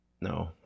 No